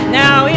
now